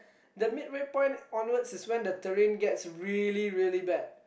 the midway point onwards is when the terrain gets really really bad